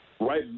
right